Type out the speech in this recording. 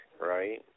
right